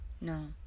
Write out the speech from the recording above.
No